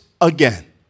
again